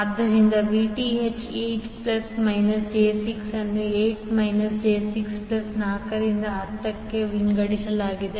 ಆದ್ದರಿಂದ Vth 8 plus minus j 6 ಅನ್ನು 8 minus j 6 plus 4 ರಿಂದ 10 ಕ್ಕೆ ವಿಂಗಡಿಸಲಾಗಿದೆ